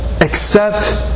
accept